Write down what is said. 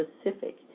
specific